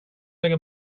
lägga